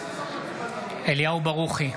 אינו נוכח אליהו ברוכי,